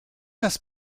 must